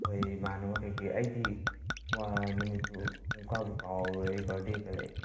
ꯑꯩꯈꯣꯏ ꯏꯃꯥꯅꯕ ꯀꯩ ꯀꯩ ꯑꯩꯒꯤ ꯅꯨꯃꯤꯠꯇꯣ ꯄꯨꯡꯀꯥꯎꯕꯨ ꯀꯥꯎꯔꯨꯔꯦ ꯑꯩ ꯕꯥꯔꯗꯦ ꯀ ꯂꯩ ꯍꯥꯏꯁꯦ